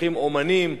לוקחים אמנים,